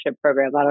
program